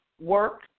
work